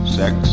sex